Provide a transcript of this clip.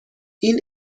این